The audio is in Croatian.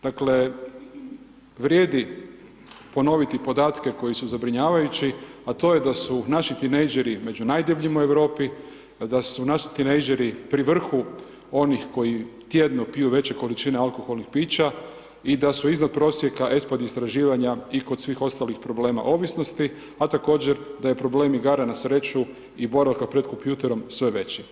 Dakle, vrijedi ponoviti podatke koji su zabrinjavajući, a to je da su naši tinejdžeri među najdebljim u Europi, da su naši tinejdžeri pri vrhu onih koji tjedno piju veće količine alkoholnih pića i da su iznad prosjeka ESPAD istraživanja i kod svih ostalih problema ovisnosti, a također da je problem igara na sreću i boravka pred kompjuterom sve veći.